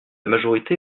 majorité